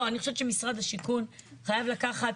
לא, אני חושבת שמשרד השיכון צריך לקחת